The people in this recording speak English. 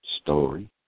story